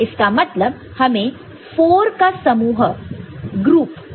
इसका मतलब हमें 4 का समूह ग्रुप group लेना होगा